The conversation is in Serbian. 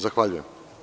Zahvaljujem.